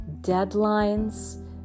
deadlines